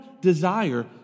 desire